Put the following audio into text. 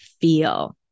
feel